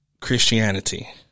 Christianity